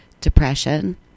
depression